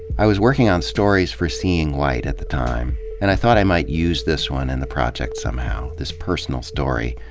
i was working on stories for seeing white at the time, and i thought i might use this one in the project somehow, this personal story,